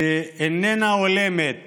שאיננה הולמת